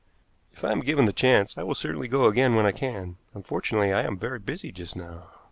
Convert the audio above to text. if i am given the chance, i will certainly go again when i can. unfortunately, i am very busy just now. ah,